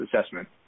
assessment